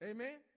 Amen